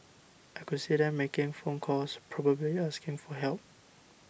I could see them making phone calls probably asking for help